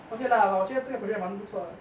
okay lah but 我觉得这个 project 蛮不错